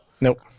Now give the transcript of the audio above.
Nope